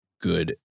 good